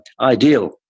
ideal